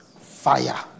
fire